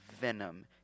venom